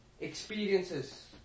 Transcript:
experiences